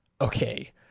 Okay